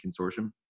Consortium